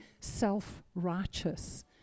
self-righteous